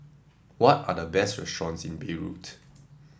what are the best restaurants in Beirut